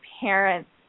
parents